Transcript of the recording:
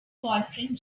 boyfriend